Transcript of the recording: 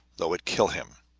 though it kill him.